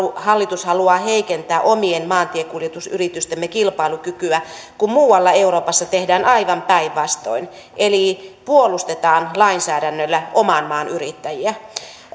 hallitus haluaa heikentää omien maantiekuljetusyritystemme kilpailukykyä kun muualla euroopassa tehdään aivan päinvastoin eli puolustetaan lainsäädännöllä oman maan yrittäjiä